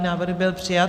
Návrh byl přijat.